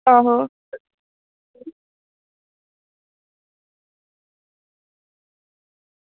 आहो